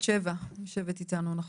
בת שבע, בוקר טוב לך.